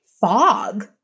fog